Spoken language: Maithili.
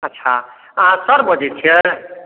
अच्छा अहाँ सर बजैत छियै